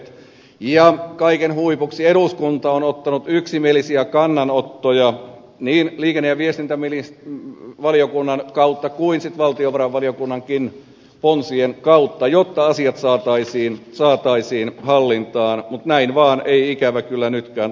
ja kaiken huipuksi eduskunta on esittänyt yksimielisiä kannanottoja niin liikenne ja viestintävaliokunnan kautta kuin valtiovarainvaliokunnankin ponsien kautta jotta asiat saataisiin hallintaan mutta näin vaan ei ikävä kyllä nytkään ole tapahtunut